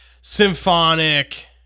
symphonic